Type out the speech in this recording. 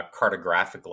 cartographically